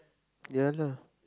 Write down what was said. ya lah